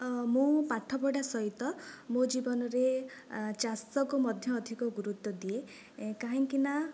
ମୁଁ ପାଠ ପଢ଼ା ସହିତ ମୋ ଜୀବନରେ ଚାଷକୁ ମଧ୍ୟ ଅଧିକ ଗୁରୁତ୍ଵ ଦିଏ କାହିଁକିନା